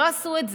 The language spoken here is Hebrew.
לא עשו את זה.